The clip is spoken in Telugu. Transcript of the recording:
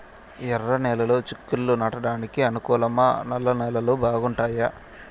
ఎర్రనేలలు చిక్కుళ్లు నాటడానికి అనుకూలమా నల్ల నేలలు బాగుంటాయా